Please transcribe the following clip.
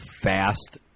fast